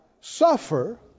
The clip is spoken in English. suffer